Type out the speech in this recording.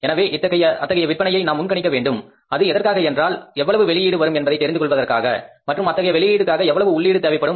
எனவே அத்தகைய விற்பனையை நாம் முன் கணிக்க வேண்டும் அது எதற்காக என்றால் எவ்வளவு வெளியீடு வரும் என்பதை தெரிந்து கொள்வதற்காக மற்றும் அத்தகைய வெளியீட்டிற்காக எவ்வளவு உள்ளீடு தேவைப்படும்